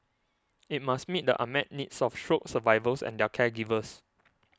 it must meet the unmet needs of stroke survivors and their caregivers